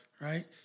Right